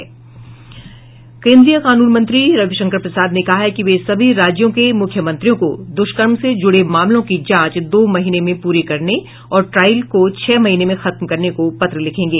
केन्द्रीय कानून मंत्री रविशंकर प्रसाद ने कहा है कि वे सभी राज्यों के मुख्यमंत्रियों को दुष्कर्म से जुड़े मामलों की जांच दो महीने में पूरी करने और ट्रायल को छह महीने में खत्म करने को पत्र लिखेंगे